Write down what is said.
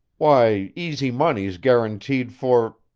why, easy money's guaranteed for.